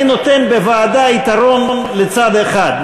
אני נותן בוועדה יתרון לצד אחד,